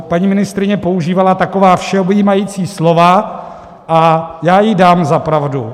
Paní ministryně používala taková všeobjímající slova a já jí dám za pravdu.